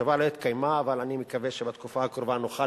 השבוע היא לא התקיימה אבל אני מקווה שבתקופה הקרובה נוכל